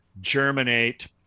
germinate